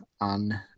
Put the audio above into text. on